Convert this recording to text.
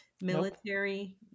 Military